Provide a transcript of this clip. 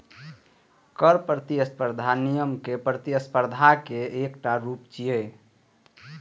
कर प्रतिस्पर्धा नियामक प्रतिस्पर्धा के एकटा रूप छियै